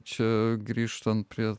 čia grįžtant prie